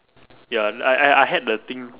ya I I I had the thing